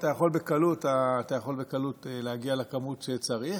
אתה יכול בקלות להגיע לכמות שצריך.